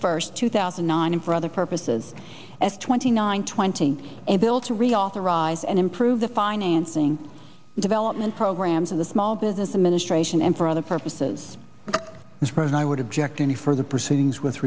first two thousand and nine and for other purposes f twenty nine twenty a bill to reauthorize and improve the financing development programs of the small business administration and for other purposes as president i would object any further proceedings with